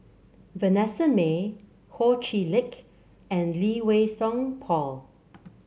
Vanessa Mae Ho Chee Lick and Lee Wei Song Paul